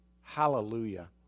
Hallelujah